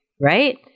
Right